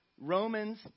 Romans